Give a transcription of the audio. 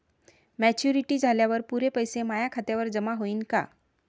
Maturity झाल्यावर पुरे पैसे माया खात्यावर जमा होईन का?